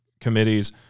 committees